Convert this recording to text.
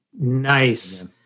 Nice